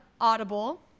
Audible